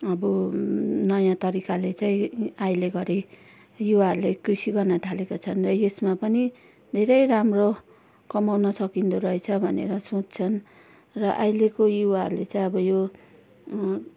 अब नयाँ तरिकाले चाहिँ अहिलेघडी युवाहरूले कृषि गर्न थालेका छन् र यसमा पनि धेरै राम्रो कमाउन सकिँदोरहेछ भनेर सोच्छन् र अहिलेको युवाहरूले चाहिँ अब यो